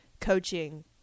coaching